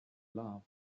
love